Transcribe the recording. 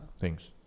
Thanks